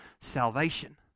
salvation